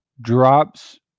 drops